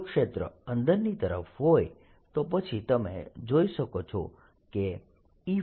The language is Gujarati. જો ક્ષેત્ર અંદરની તરફ હોય તો પછી તમે જોઈ શકો છો કે E